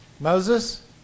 Moses